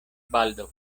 baldaŭ